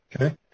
Okay